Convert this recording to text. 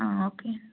okay